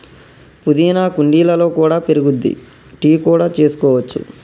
పుదీనా కుండీలలో కూడా పెరుగుద్ది, టీ కూడా చేసుకోవచ్చు